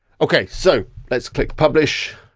okay, so let's click publish.